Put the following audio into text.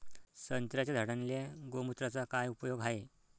संत्र्याच्या झाडांले गोमूत्राचा काय उपयोग हाये?